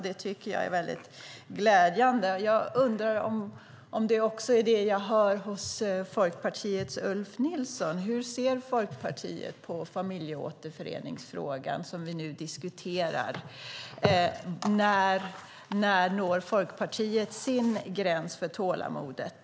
Det tycker jag är väldigt glädjande. Jag undrar om det också är vad jag hör hos Folkpartiets Ulf Nilsson. Hur ser Folkpartiet på familjeåterföreningsfrågan som vi nu diskuterar? När når Folkpartiet sin gräns för tålamodet?